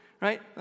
right